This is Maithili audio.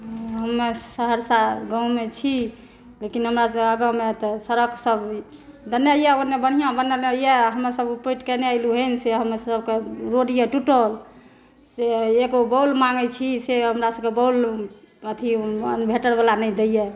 हमे सहरसा गाँवमे छी लेकिन हमरा गाँवमे सड़क सब बनैया ओने बढ़िऑं बनलैया हम सब उपटिके एने एलहुॅं हैॅं से हमर सबके रोड यऽ टूटल से एगो बॉल माँगै छी से हमरा सबकेँ बॉल अथी इन्वेर्टर बला नहि दै यऽ